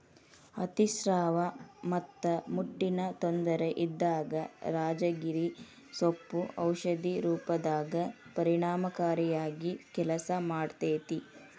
ಅತಿಸ್ರಾವ ಮತ್ತ ಮುಟ್ಟಿನ ತೊಂದರೆ ಇದ್ದಾಗ ರಾಜಗಿರಿ ಸೊಪ್ಪು ಔಷಧಿ ರೂಪದಾಗ ಪರಿಣಾಮಕಾರಿಯಾಗಿ ಕೆಲಸ ಮಾಡ್ತೇತಿ